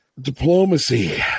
diplomacy